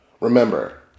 Remember